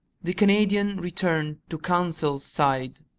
the canadian returned to conseil's side.